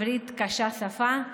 עברית קשה שפה,